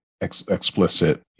explicit